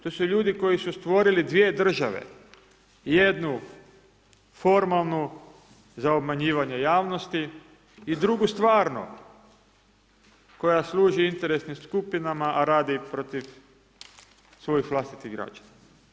To su ljudi koji su stvorili dvije države, jednu formalnu za obmanjivanje javnosti, i drugu stvarno koja služi interesnim skupinama, a radi protiv svojih vlastitih građana.